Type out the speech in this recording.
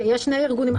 יש שני ארגונים.